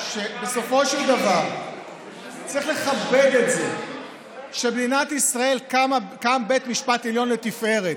שבסופו של דבר צריך לכבד את זה שבמדינת ישראל קם בית משפט עליון לתפארת.